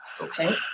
okay